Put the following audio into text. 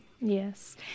Yes